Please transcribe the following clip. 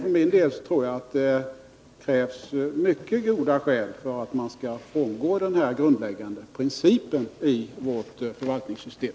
För min del tror jag att det krävs mycket goda skäl för att man skall frångå denna grundläggande princip i vårt förvaltningssystem.